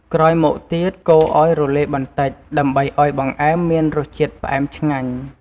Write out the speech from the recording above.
ក្រោយមកទៀត កូរឱ្យរលាយបន្តិច ដើម្បីឱ្យបង្អែមមានរសជាតិផ្អែមឆ្ងាញ់។